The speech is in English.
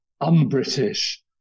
un-British